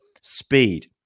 speed